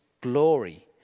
glory